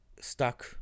stuck